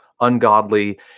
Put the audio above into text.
ungodly